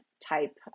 type